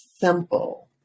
simple